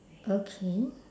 okay